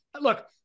Look